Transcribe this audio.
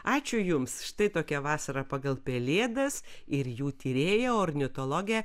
ačiū jums štai tokia vasara pagal pelėdas ir jų tyrėja ornitologė